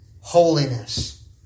holiness